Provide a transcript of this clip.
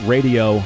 Radio